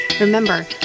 remember